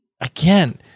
again